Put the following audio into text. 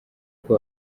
uko